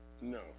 No